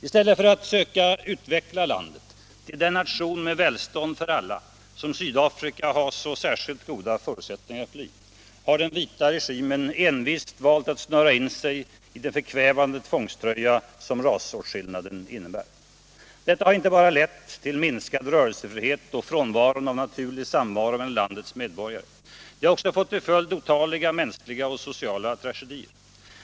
I stället för att söka utveckla landet till den nation med välstånd för alla som Sydafrika har så rika naturliga förutsättningar att bli, har den vita regimen envist valt att snöra in sig i den förkvävande tvångströja som rasåtskillnaden innebär. Detta har inte bara lett till minskad rörelsefrihet och frånvaro av naturlig samvaro mellan landets medborgare. Det har också fått till följd otaliga mänskliga och sociala tragedier.